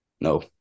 No